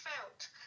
felt